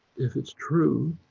if it's true,